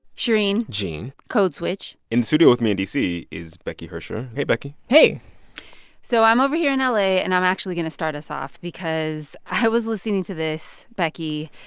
shereen gene code switch in the studio with me in d c. is becky hersher hey, becky hey so i'm over here in ah la, and i'm actually going to start us off because i was listening to this, becky,